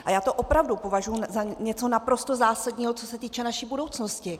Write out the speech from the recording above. A já to opravdu považuji za něco naprosto zásadního, co se týče naší budoucnosti.